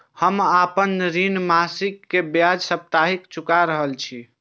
हम आपन ऋण मासिक के ब्याज साप्ताहिक चुका रहल छी